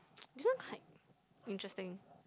this one quite interesting